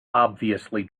obviously